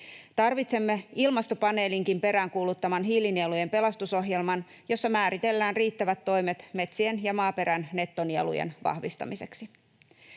Tarvitsemme ilmastopaneelinkin peräänkuuluttaman hiilinielujen pelastusohjelman, jossa määritellään riittävät toimet metsien ja maaperän nettonielujen vahvistamiseksi.